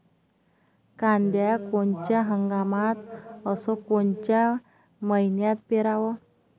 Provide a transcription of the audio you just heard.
कांद्या कोनच्या हंगामात अस कोनच्या मईन्यात पेरावं?